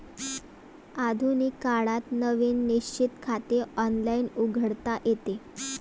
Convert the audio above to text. आधुनिक काळात नवीन निश्चित खाते ऑनलाइन उघडता येते